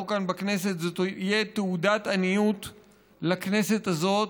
כאן בכנסת זו תהיה תעודת עניות לכנסת הזאת,